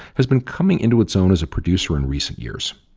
has been coming into its own as a producer in recent years.